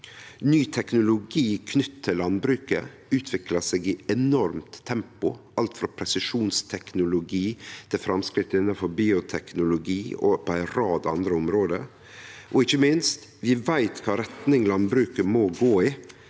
Ny teknologi knytt til landbruket utviklar seg i enormt tempo – frå presisjonsteknologi til framsteg innanfor bioteknologi og på ei rad andre område. Ikkje minst: Vi veit kva retning landbruket må gå i